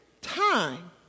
time